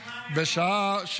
גדי, מה אני אמרתי?